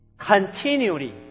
continually